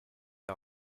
des